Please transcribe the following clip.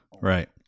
right